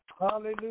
Hallelujah